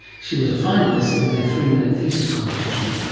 she was a finalist in their three-minute thesis competition,